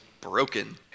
broken